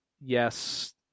Yes